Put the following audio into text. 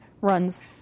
runs